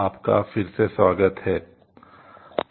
आपका फिरसे स्वागत हे